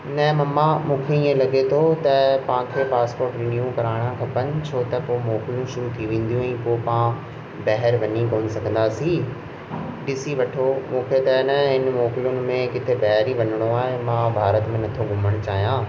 न मम्मा मूंखे ईअं लॻे थो त तव्हांखे पासपोट रिन्यू कराइणु खपनि छो त पोइ मोकलुनि शुरू थी वेंदियूं आहिनि पोइ तव्हां ॿाहिरि वञी कोन सघंदासीं ॾिसी वठो मूंखे त न इन मोकलुनि में किथे ॿाहिरि ई वञिणो आहे मां भारत में नथो घुमणु चाहियां